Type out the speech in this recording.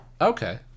Okay